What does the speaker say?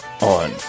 on